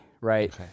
right